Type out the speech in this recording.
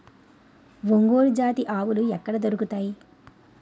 ఒంగోలు జాతి ఆవులు ఎక్కడ దొరుకుతాయి?